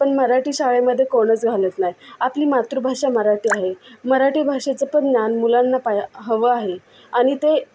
पण मराठी शाळेमध्ये कोणीच घालत नाही मातृभाषा मराठी आहे मराठी भाषेचं पण ज्ञान मुलांना पा हवं आहे आणि ते